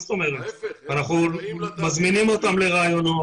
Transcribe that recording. אנחנו מזמינים אותם לראיונות.